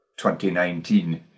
2019